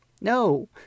No